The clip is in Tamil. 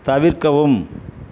தவிர்க்கவும்